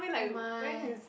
oh my